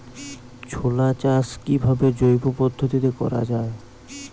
ছোলা চাষ কিভাবে জৈব পদ্ধতিতে করা যায়?